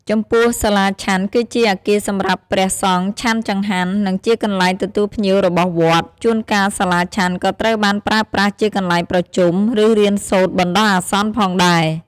ចំពោះសាលាឆាន់គឺជាអគារសម្រាប់ព្រះសង្ឃឆាន់ចង្ហាន់ និងជាកន្លែងទទួលភ្ញៀវរបស់វត្ត ជួនកាលសាលាឆាន់ក៏ត្រូវបានប្រើប្រាស់ជាកន្លែងប្រជុំ ឬរៀនសូត្របណ្តោះអាសន្នផងដែរ។